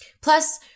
Plus